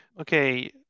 Okay